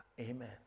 Amen